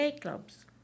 clubs